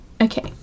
okay